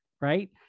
right